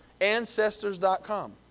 Ancestors.com